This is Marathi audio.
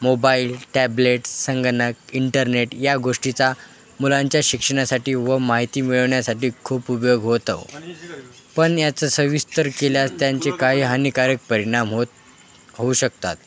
मोबाईल टॅबलेट संगणक इंटरनेट या गोष्टीचा मुलांच्या शिक्षणासाठी व माहिती मिळवण्यासाठी खूप उपयोग होतो पण याचं सविस्तर केल्यास त्यांचे काही हानिकारक परिणाम होत होऊ शकतात